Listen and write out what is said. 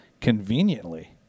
Conveniently